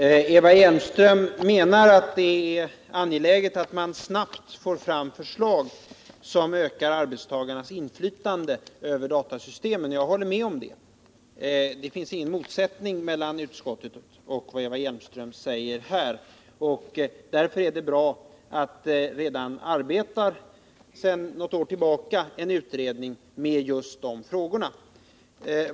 Herr talman! Eva Hjelmström menar att det är angeläget att man snabbt får fram förslag som ökar arbetstagarnas inflytande över datasystemen. Jag håller med om det. Det finns ingen motsättning mellan vad utskottet anfört och vad Eva Hjelmström säger på den punkten. Därför är det bra att en utredning sedan något år tillbaka arbetar med just de frågorna.